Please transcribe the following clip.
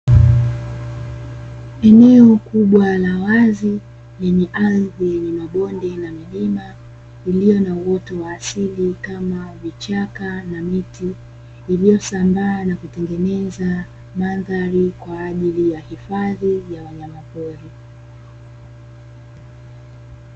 Eneo kubwa la wazi lenye ardhi lenye mabonde na milima iliyo na uoto wa asili, kama vichaka na miti iliyo sambaa na kutengeneza. madhari kwajili ya hifadhi ya wanyama pori.